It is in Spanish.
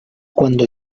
cuando